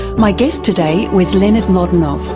my guest today was leonard mlodinow,